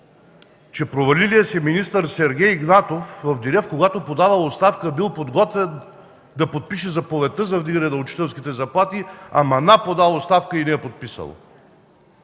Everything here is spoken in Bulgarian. че провалилият се министър Сергей Игнатов в деня, когато подава оставка, бил подготвил да подпише заповедта за вдигането на учителските заплати, ама нá, подал оставка и не я подписал.